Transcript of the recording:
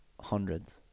hundreds